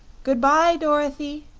good-bye dorothy!